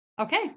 Okay